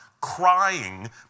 crying